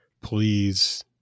Please